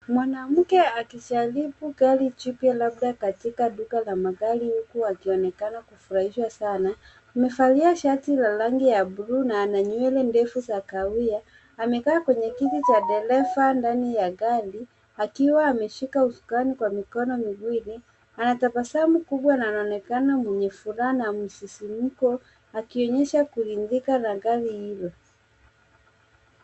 Mwanamke akijaribu gari jipya labda katika duka la magari huku akionekana kufurahia sana. Amevalia shati la rangi ya buluu na ana nywele ndefu za kahawia. Amekaa kwenye kiti cha dereva ndani ya gari akiwa ameshika usukani kwa mikono miwili. Anatabasamu kubwa na anaonekana mwenye furaha na msisimko akionyesha kuridhika na gari hilo.